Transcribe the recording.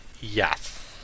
yes